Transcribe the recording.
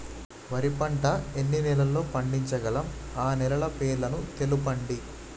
వరి పంట ఎన్ని నెలల్లో పండించగలం ఆ నెలల పేర్లను తెలుపండి?